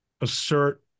assert